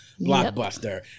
blockbuster